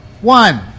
One